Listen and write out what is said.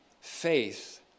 Faith